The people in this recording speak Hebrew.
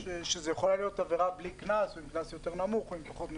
שזו יכולה להיות עבירה בלי קנס או קנס יותר נמוך או עם פחות נקודות.